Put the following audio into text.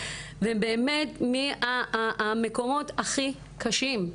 באמת מהמקומות הכי קשים,